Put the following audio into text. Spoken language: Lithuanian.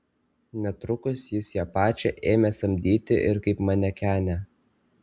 netrukus jis ją pačią ėmė samdyti ir kaip manekenę